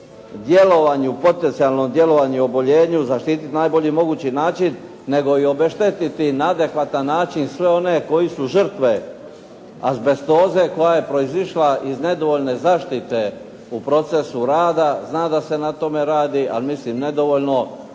djelovanju, potencijalnom djelovanju i oboljenju, zaštititi na najbolji mogući način, nego i obeštetiti na adekvatan način sve one koji su žrtve azbestoze koja je proizišla iz nedovoljne zaštite u procesu rada. Znam da se na tome radi, ali mislim nedovoljno.